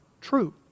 true